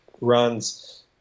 runs